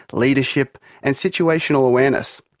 leadership and situational awareness.